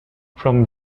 from